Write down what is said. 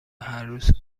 هرروز